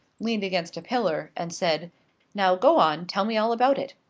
leaned against a pillar, and said now go on, tell me all about it.